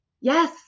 Yes